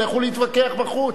לכו להתווכח בחוץ.